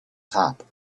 top